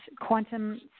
quantum